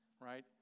right